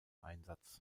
einsatz